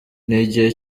n’igihe